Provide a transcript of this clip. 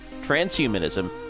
transhumanism